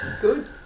good